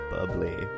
Bubbly